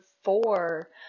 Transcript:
four